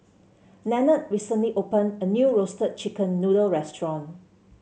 Nanette recently open a new roaste chicken noodle restaurant